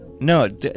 No